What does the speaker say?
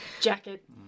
jacket